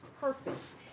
purpose